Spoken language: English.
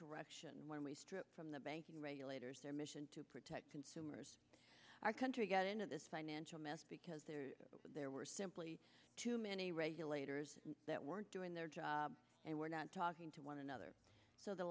direction when we stripped from the banking regulators their mission to protect consumers our country got into this financial mess because there were simply too many regulators that weren't doing their job and we're not talking to one another so the